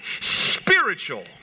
spiritual